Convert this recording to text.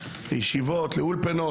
לישיבות ולאולפנות.